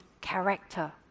character